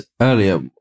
earlier